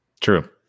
True